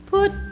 Put